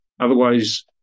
Otherwise